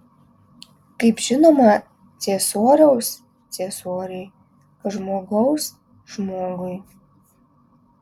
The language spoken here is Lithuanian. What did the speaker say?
kaip žinoma ciesoriaus ciesoriui kas žmogaus žmogui